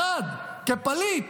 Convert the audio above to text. אחד, כפליט,